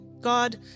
God